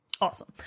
Awesome